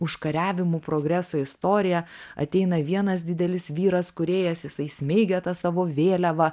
užkariavimų progreso istoriją ateina vienas didelis vyras kūrėjas jisai smeigia tą savo vėliavą